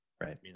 Right